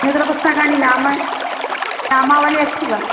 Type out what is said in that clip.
नूतनपुस्तकानि नाम नामावलिः अस्ति वा